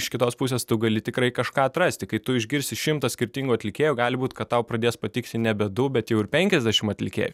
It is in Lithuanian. iš kitos pusės tu gali tikrai kažką atrasti kai tu išgirsi šimtą skirtingų atlikėjų gali būt kad tau pradės patikti nebe du bet jau ir penkiasdešim atlikėjų